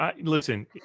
listen